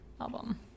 album